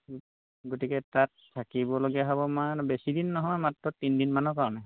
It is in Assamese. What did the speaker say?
গতিকে তাত থাকিবলগীয়া হ'ব মানে বেছি দিন নহয় মাত্ৰ তিনিদিনমানৰ কাৰণে